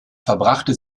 verbrachte